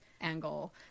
angle